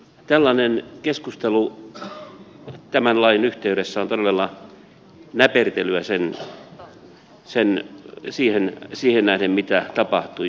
tällainen keskustelu tämän lain yhteydessä on todella näpertelyä siihen nähden mitä tapahtui